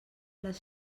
les